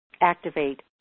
activate